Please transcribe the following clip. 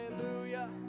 Hallelujah